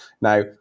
Now